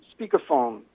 speakerphone